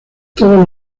todos